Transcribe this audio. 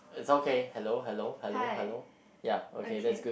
it's okay hello hello hello hello ya okay that's good